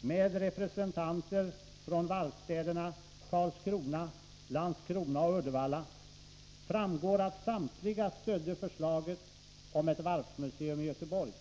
med representanter för varvsstäderna Karlskrona, Landskrona och Uddevalla framgick att samtliga stödde förslaget om ett varvsmuseum i Göteborg.